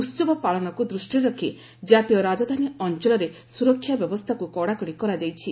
ଉତ୍ସବ ପାଳନକୁ ଦୃଷ୍ଟିରେ ରଖି ଜାତୀୟ ରାଜଧାନୀ ଅଞ୍ଚଳରେ ସୁରକ୍ଷା ବ୍ୟବସ୍ଥାକୁ କଡ଼ାକଡ଼ି କରାଯାଇଛି